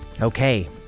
Okay